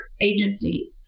agencies